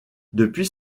depuis